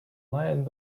lied